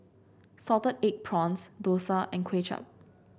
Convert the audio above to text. Salted Egg Prawns dosa and Kuay Chap